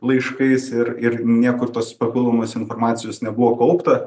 laiškais ir ir niekur tos papildomos informacijos nebuvo kaupta